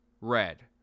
red